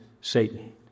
Satan